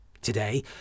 Today